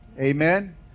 Amen